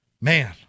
Man